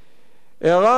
הערה שלישית,